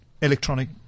Electronic